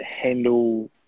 handle